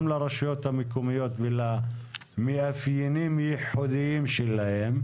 גם לרשויות המקומיות ולמאפיינים הייחודיים שלהן,